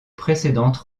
précédentes